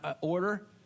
order